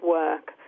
work